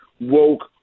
woke